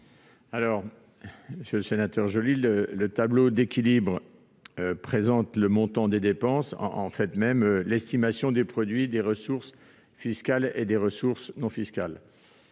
l'avis de la commission ? Le tableau d'équilibre présente le montant des dépenses, ainsi que l'estimation des produits des ressources fiscales et des ressources non fiscales.